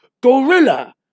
GORILLA